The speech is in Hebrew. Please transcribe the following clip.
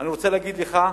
אני רוצה להגיד לך: